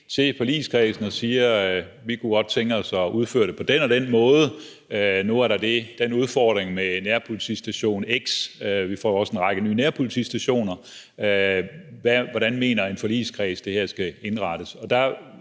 til forligskredsen og siger: Vi kunne godt ønske os at udføre det på den og den måde; nu er der en udfordring med nærpolitistation x – vi får jo også en række nye nærpolitistationer – så hvordan mener forligskredsen det her skal indrettes?